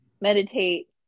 meditate